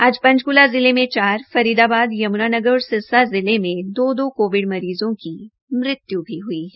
आज पंचकूला जिले मे चार फरीदाबाद यम्नानगर और सिरसा जिले में दो दो कोविड मरीज़ों की मृत्यु भी ह्ई है